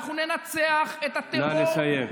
אנחנו ננצח את הטרור, נא לסיים.